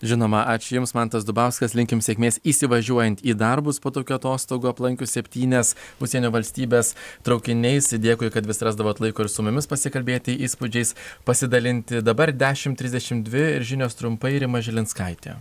žinoma ačiū jums mantas dubauskas linkim sėkmės įsivažiuojant į darbus po tokių atostogų aplankius septynias užsienio valstybes traukiniais dėkui kad vis rasdavot laiko ir su mumis pasikalbėti įspūdžiais pasidalinti dabar dešim trisdešim dvi ir žinios trumpai rima žilinskaitė